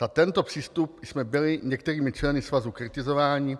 Za tento přístup jsme byli některými členy svazu kritizováni.